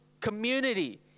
community